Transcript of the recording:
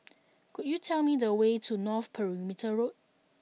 could you tell me the way to North Perimeter Road